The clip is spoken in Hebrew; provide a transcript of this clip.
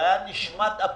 התחרות הזאת הייתה נשמת אפנו.